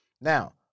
Now